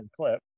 clip